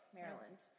Maryland